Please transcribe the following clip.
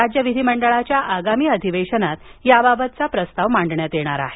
राज्य विधिमंडळाच्या आगामी अधिवेशनात याबाबतचा प्रस्ताव मांडण्यात येणार आहे